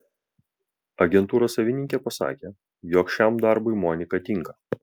agentūros savininkė pasakė jog šiam darbui monika tinka